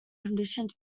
conditions